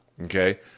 okay